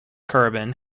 carbon